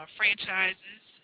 franchises